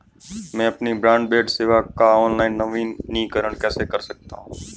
मैं अपनी ब्रॉडबैंड सेवा का ऑनलाइन नवीनीकरण कैसे कर सकता हूं?